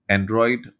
Android